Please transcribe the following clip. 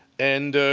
and